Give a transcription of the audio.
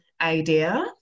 idea